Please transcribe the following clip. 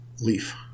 leaf